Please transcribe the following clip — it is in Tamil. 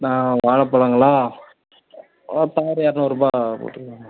நான் வாழப்பழங்களாக ஒரு தார் இருநூறுபா போட்டு